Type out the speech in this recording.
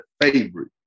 favorite